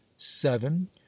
Seven